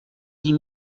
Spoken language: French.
dix